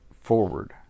forward